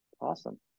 Awesome